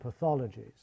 pathologies